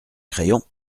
crayon